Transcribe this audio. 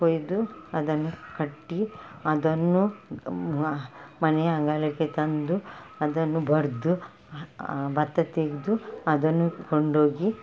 ಕೊಯ್ದು ಅದನ್ನು ಕಟ್ಟಿ ಅದನ್ನು ಮನೆಯ ಅಂಗಳಕ್ಕೆ ತಂದು ಅದನ್ನು ಬಡಿದು ಭತ್ತ ತೆಗೆದು ಅದನ್ನು ಕೊಂಡೋಗಿ